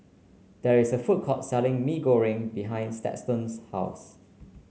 there is a food court selling Mee Goreng behind Stetson's house